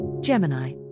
Gemini